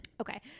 okay